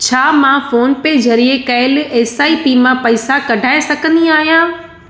छा मां PhonePe ज़रिए कयलु एस आई पी मां पैसा कढाए सघंदी आहियां